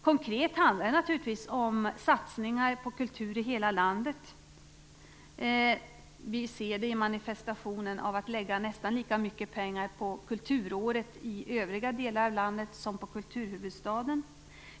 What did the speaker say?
Konkret handlar det naturligtvis om satsningar på kultur i hela landet. Vi ser det i manifestationen att lägga nästan lika mycket pengar på Kulturåret i övriga delar av landet som på kulturhuvudstaden.